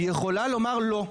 יכולה לומר לא.